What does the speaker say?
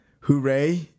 hooray